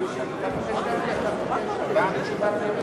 אני מוכן שהתשובה תהיה יותר